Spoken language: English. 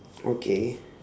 okay